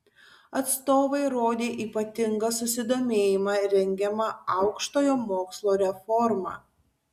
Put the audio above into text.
atstovai rodė ypatingą susidomėjimą rengiama aukštojo mokslo reforma